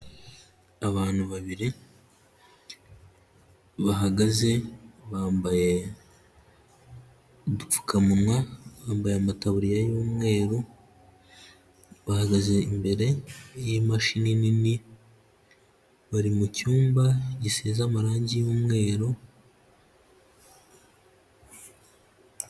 Abantu babiri bahagaze, bambaye udupfukamunwa, bambaye amataburiya y'umweru, bahagaze imbere y'imashini nini, bari mu cyumba gisize amarangi y'umweru.